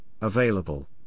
available